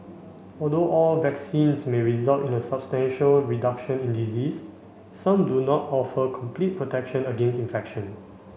although all vaccines may result in a substantial reduction in disease some do not offer complete protection against infection